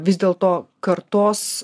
vis dėlto kartos